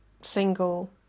single